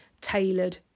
tailored